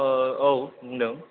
औ बुंदों